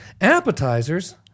appetizers